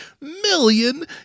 million